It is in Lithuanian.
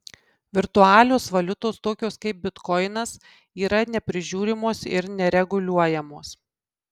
virtualios valiutos tokios kaip bitkoinas yra neprižiūrimos ir nereguliuojamos